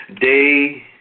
Day